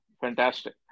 fantastic